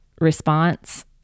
response